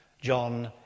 John